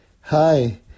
Hi